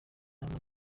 inama